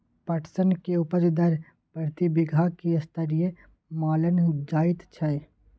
पटसन के उपज दर प्रति बीघा की स्तरीय मानल जायत छै?